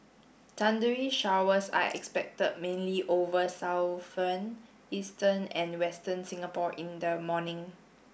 thundery showers are expected mainly over eastern and western Singapore in the morning